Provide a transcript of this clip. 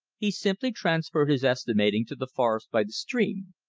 he simply transferred his estimating to the forest by the stream.